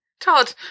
Todd